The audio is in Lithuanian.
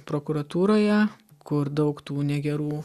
prokuratūroje kur daug tų negerų